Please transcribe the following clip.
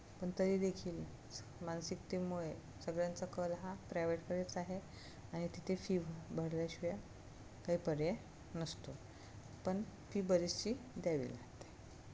पण तरीदेखील मानसिकतेमुळे सगळ्यांचा कल हा प्रायव्हेट कडेच आहे आणि तिथे फी भ भरल्याशिवाय काही पर्याय नसतो पण फी बरीचशी द्यावी लागते